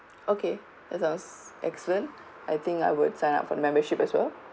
okay that sounds excellent I think I would sign up for membership as well